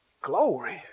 Glory